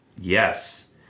Yes